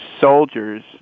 soldiers